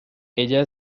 ella